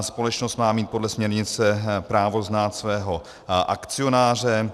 Společnost má mít podle směrnice právo znát svého akcionáře.